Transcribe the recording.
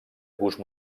gust